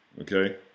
okay